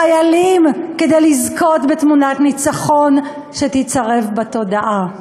חיילים, כדי לזכות בתמונת ניצחון שתיצרב בתודעה.